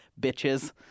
bitches